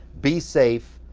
be safe.